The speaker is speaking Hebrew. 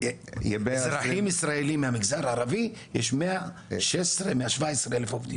ואזרחים ישראלים מהמגזר הערבי יש 117,000 עובדים